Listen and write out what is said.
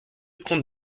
comte